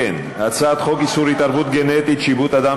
חוק איסור התערבות גנטית (שיבוט אדם